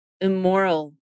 immoral